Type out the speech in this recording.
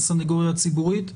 מהסנגוריה הציבורית,